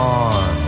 on